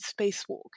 spacewalk